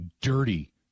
dirty